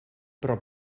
però